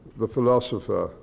the philosopher,